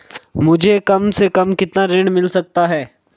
मुझे कम से कम कितना ऋण मिल सकता है?